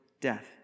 death